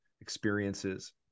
experiences